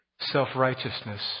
self-righteousness